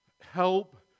help